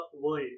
world